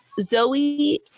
Zoe